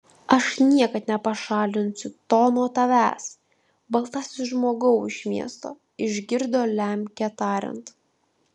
aš niekad nepašalinsiu to nuo tavęs baltasis žmogau iš miesto išgirdo lemkę tariant